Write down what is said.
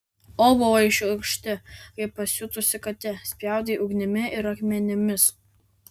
o buvai šiurkšti kaip pasiutusi katė spjaudei ugnimi ir akmenimis